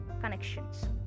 connections